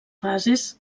fases